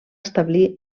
establir